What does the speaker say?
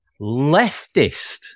Leftist